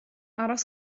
aros